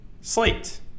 slate